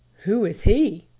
who is he?